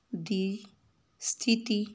ਦੀ ਸਥਿਤੀ